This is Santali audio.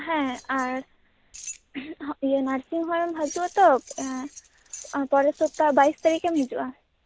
ᱦᱮᱸ ᱟᱨ ᱱᱟᱨᱥᱤᱝᱦᱚᱢ ᱮᱢ ᱦᱤᱡᱩᱜᱼᱟ ᱛᱚ ᱯᱚᱨᱮ ᱥᱚᱯᱛᱟᱦᱚ ᱵᱟᱭᱤᱥ ᱛᱟᱹᱨᱤᱠᱮᱢ ᱦᱤᱡᱩᱜᱼᱟ